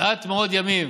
מעט מאוד ימים.